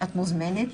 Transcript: את מוזמנת.